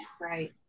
right